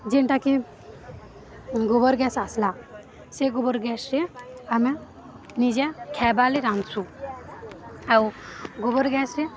ଯେନ୍ଟାକି ଗୋବର ଗ୍ୟାସ୍ ଆସ୍ଲା ସେ ଗୋବର ଗ୍ୟାସ୍ରେ ଆମେ ନିଜେ ଖେବାଲି ରାନ୍ଧ୍ସୁଁ ଆଉ ଗୋବର ଗ୍ୟାସ୍ରେ